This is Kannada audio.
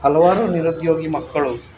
ಹಲವಾರು ನಿರುದ್ಯೋಗಿ ಮಕ್ಕಳು